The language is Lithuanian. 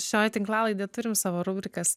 šioj tinklalaidėj turim savo rubrikas